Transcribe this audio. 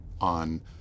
on